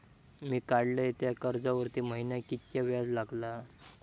मी काडलय त्या कर्जावरती महिन्याक कीतक्या व्याज लागला?